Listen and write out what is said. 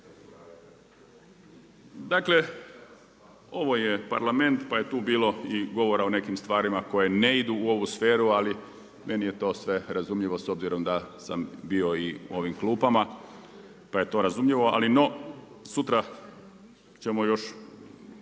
Dakle ovo je Parlament pa je tu bilo i govora o nekim stvarima koje ne idu u ovu sferu ali meni je to sve razumljivo s obzirom da sam bio i u ovim klupama pa je to razumljivo. Ali no, sutra ćemo još